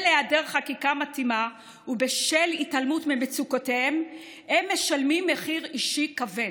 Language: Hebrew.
היעדר חקיקה מתאימה ובשל התעלמות ממצוקותיהם הם משלמים מחיר אישי כבד.